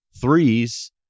threes